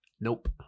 nope